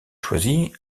choisit